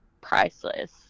priceless